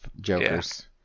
jokers